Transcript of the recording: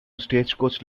stagecoach